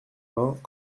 vingts